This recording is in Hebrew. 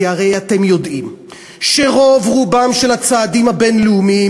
כי הרי אתם יודעים שרוב רובם של הצעדים הבין-לאומיים